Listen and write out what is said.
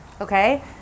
Okay